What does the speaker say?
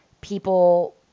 people